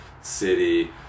city